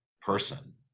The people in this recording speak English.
person